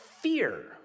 fear